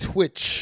Twitch